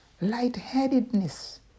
lightheadedness